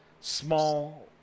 small